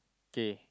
okay